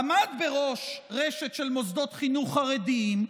עמד בראש רשת של מוסדות חינוך חרדיים,